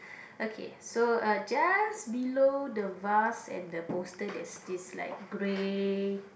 okay so uh just below the vase and the poster there's this like grey